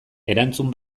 erantzun